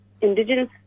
indigenous